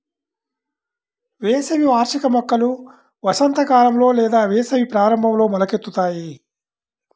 వేసవి వార్షిక మొక్కలు వసంతకాలంలో లేదా వేసవి ప్రారంభంలో మొలకెత్తుతాయి